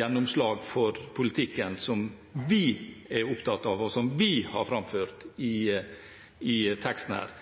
gjennomslag for politikken som vi er opptatt av, og som vi har framført i teksten her.